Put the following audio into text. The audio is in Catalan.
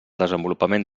desenvolupament